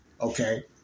okay